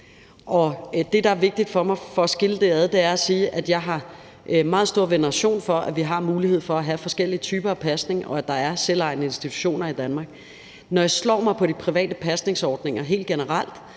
Det, der er vigtigt for mig for at skille det ad, er at sige, at jeg har meget stor veneration for, at vi har mulighed for at have forskellige typer af pasning, og at der er selvejende institutioner i Danmark. Når jeg slår mig på de private pasningsordninger helt generelt,